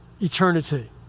eternity